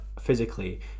physically